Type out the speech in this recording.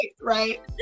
right